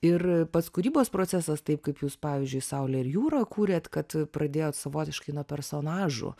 ir pats kūrybos procesas taip kaip jūs pavyzdžiui saulė ir jūra kūrėt kad pradėjot savotiškai nuo personažų